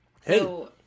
Hey